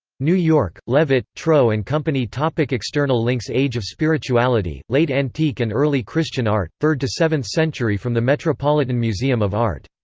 new-york leavitt, trow and company external links age of spirituality late antique and early christian art, third to seventh century from the metropolitan museum of art